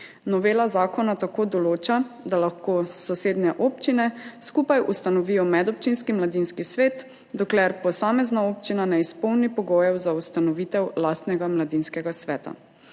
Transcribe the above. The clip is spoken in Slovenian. Novela zakona tako določa, da lahko sosednje občine skupaj ustanovijo medobčinski mladinski svet, dokler posamezna občina ne izpolni pogojev za ustanovitev lastnega mladinskega sveta.